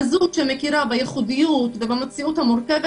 כזו שמכירה בייחודיות ובמציאות המורכבת